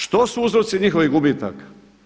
Što su uzroci njihovih gubitaka?